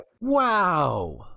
wow